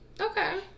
Okay